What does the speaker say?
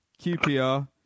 QPR